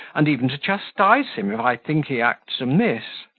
and even to chastise him, if i think he acts amiss.